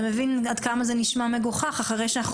אתה מבין עד כמה זה נשמע מגוחך אחרי שאנחנו